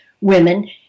women